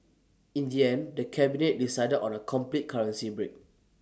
in the end the cabinet decided on A complete currency break